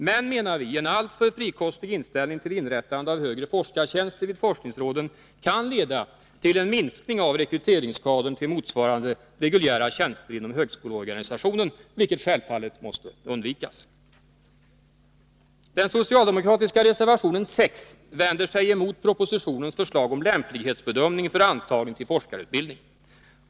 Men, menar vi, en alltför frikostig inställning till inrättandet av högre forskartjänster vid forskningsråden kan leda till en minskning av rekryteringskadern till motsvarande reguljära tjänster inom högskoleorganisationen, vilket självfallet måste undvikas. I den socialdemokratiska reservationen 6 vänder man sig mot propositionens förslag om lämplighetsbedömning för antagning till forskarutbildning.